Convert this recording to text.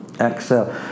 Exhale